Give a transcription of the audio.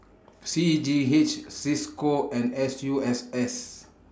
C A G H CISCO and S U S S